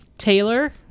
taylor